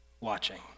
watching